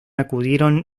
acudieron